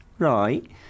Right